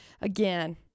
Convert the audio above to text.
again